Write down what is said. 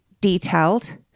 detailed